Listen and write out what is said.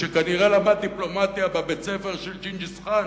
שכנראה למד דיפלומטיה בבית-הספר של ג'ינגיס חאן,